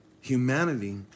Humanity